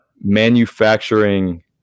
manufacturing